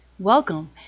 Welcome